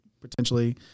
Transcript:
potentially